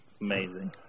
amazing